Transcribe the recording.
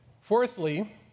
fourthly